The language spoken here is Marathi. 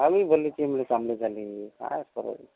आम्ही बोलले चांगले झाली काय फरक